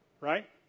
Right